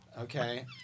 Okay